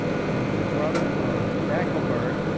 from the brother of dagobert,